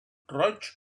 roig